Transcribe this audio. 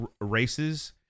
races